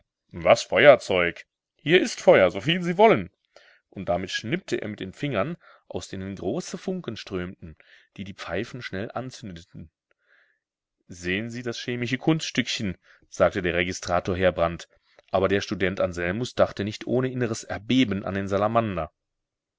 was feuerzeug hier ist feuer so viel sie wollen und damit schnippte er mit den fingern aus denen große funken strömten die die pfeifen schnell anzündeten sehen sie das chemische kunststückchen sagte der registrator heerbrand aber der student anselmus dachte nicht ohne inneres erbeben an den salamander